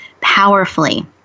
powerfully